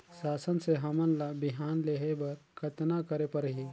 शासन से हमन ला बिहान लेहे बर कतना करे परही?